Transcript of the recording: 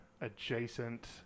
adjacent